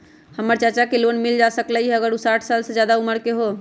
हमर चाचा के लोन मिल जा सकलई ह अगर उ साठ साल से जादे उमर के हों?